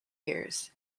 years